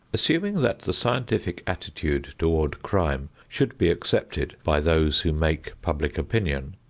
assuming that the scientific attitude toward crime should be accepted by those who make public opinion,